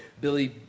Billy